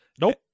Nope